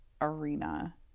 arena